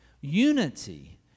unity